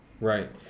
Right